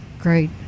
Great